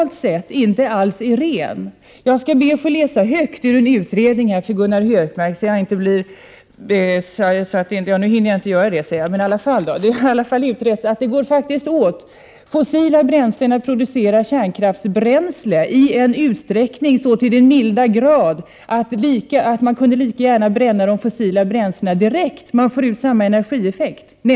Nu är inte kärnkraften ren globalt sett. Man har utrett att det faktiskt går åt fossila bränslen vid produktion av kärnkraftbränsle i en så stor utsträckning att de fossila bränslena lika gärna kunde brännas direkt: man får ut samma energieffekt.